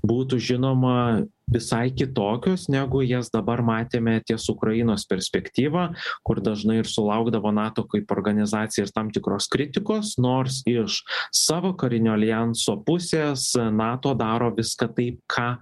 būtų žinoma visai kitokios negu jas dabar matėme ties ukrainos perspektyva kur dažnai ir sulaukdavo nato kaip organizacija ir tam tikros kritikos nors iš savo karinio aljanso pusės nato daro viską tai ką